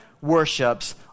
worships